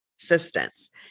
assistance